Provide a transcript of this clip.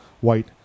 White